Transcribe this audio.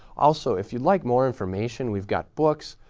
also, if you'd like more information, we've got books,